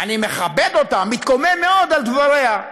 אני מכבד אותה, מתקומם מאוד על דבריה.